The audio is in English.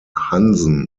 hansen